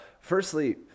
firstly